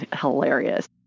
hilarious